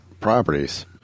properties